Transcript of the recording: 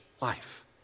life